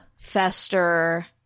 fester